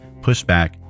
pushback